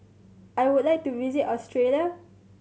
I would like to visit Australia